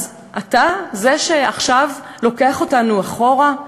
אז אתה זה שעכשיו לוקח אותנו אחורה?